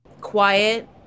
quiet